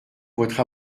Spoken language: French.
votre